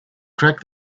crack